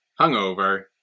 hungover